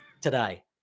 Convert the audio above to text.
today